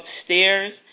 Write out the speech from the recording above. upstairs